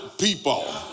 people